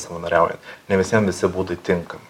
savanoriauja ne visiem visi būdai tinka